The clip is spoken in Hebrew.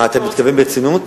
מה, אתה מתכוון ברצינות?